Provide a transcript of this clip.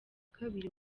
kabiri